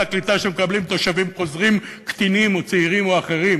הקליטה שמקבלים תושבים חוזרים קטינים או צעירים או אחרים.